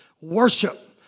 worship